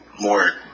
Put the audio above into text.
more